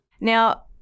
Now